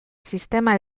sistema